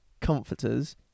comforters